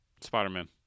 Spider-Man